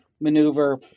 maneuver